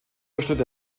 bestritt